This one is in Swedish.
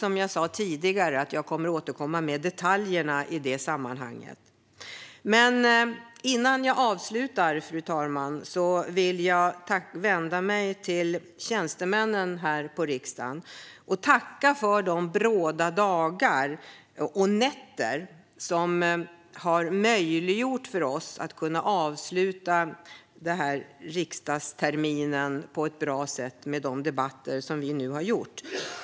Som jag sa tidigare lovar jag att återkomma med detaljerna i det sammanhanget. Innan jag avslutar, fru talman, vill jag vända mig till tjänstemännen här i riksdagen och tacka för deras arbete under bråda dagar och nätter som har möjliggjort för oss att avsluta den här riksdagsterminen på ett bra sätt med debatter som vi nu har haft.